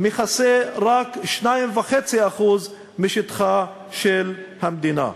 מכסים רק 2.5% משטחה של המדינה.